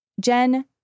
Jen